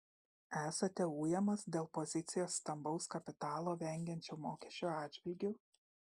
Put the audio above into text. esate ujamas dėl pozicijos stambaus kapitalo vengiančio mokesčių atžvilgiu